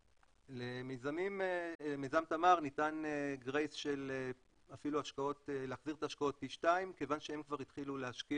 למיזם תמר ניתן גרייס של אפילו להחזיר את ההשקעות פי שניים כיוון שהם